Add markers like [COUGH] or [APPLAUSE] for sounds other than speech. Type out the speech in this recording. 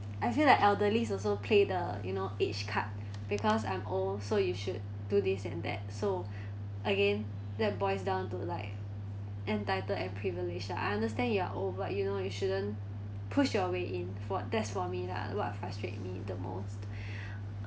I feel like elderly also play the you know age card because I'm old so you should do this and that so [BREATH] again that boils down to like entitled and privilege lah I understand you are old but you know you shouldn't push your way in for that's for me lah what frustrate me the most [BREATH]